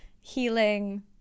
healing